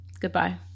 goodbye